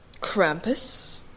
Krampus